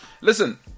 listen